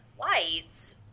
lights